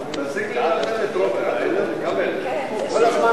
אני קובע שסעיף